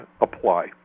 apply